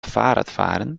fahrradfahren